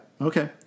Okay